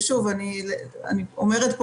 או שצריך ואחרי זה חפשו לזה תקציבים ואחרי